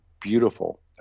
beautiful